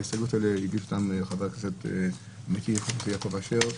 את ההסתייגויות הללו הגיש עמיתי חבר הכנסת יעקב אשר,